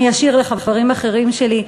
אני אשאיר לחברים אחרים שלי.